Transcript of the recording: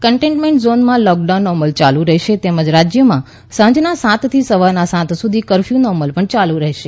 containment ઝીનમાં લૉકડાઉનનો અમલ ચાલુ રહેશ તેમજ રાજ્યમાં સાંજના સાતથી સવારના સાત સુધી કરફ્યુનો અમલ પણ ચાલુ રહેશે